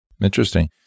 Interesting